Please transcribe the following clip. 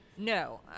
No